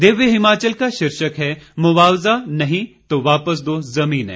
दिव्य हिमाचल का शीर्षक है मुआवजा नहीं तो वापस दो जमीनें